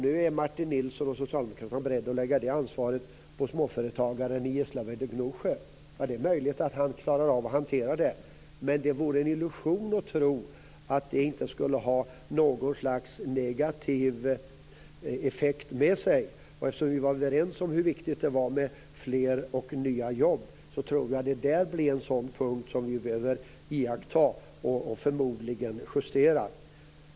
Nu är Martin Nilsson och Socialdemokraterna beredda att lägga det ansvaret på småföretagaren i Gislaved och Gnosjö. Det är möjligt att han klarar av att hantera det. Men det vore en illusion att tro att det inte skulle föra något slags negativ effekt med sig. Eftersom vi var överens om hur viktigt det är med fler och nya jobb tror jag att det blir en sådan punkt som vi behöver iaktta och förmodligen justera.